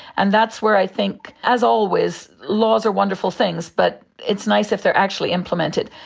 and that's where i think, as always, laws are wonderful things but it's nice if they are actually implemented.